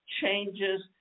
changes